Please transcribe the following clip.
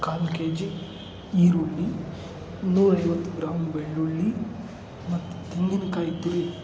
ಕಾಲು K G ಈರುಳ್ಳಿ ಮುನ್ನೂರೈವತ್ತು gram ಬೆಳ್ಳುಳ್ಳಿ ಮತ್ತು ತೆಂಗಿನ ಕಾಯಿ ತುರಿ